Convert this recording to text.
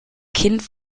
kind